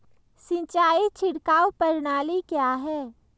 सिंचाई छिड़काव प्रणाली क्या है?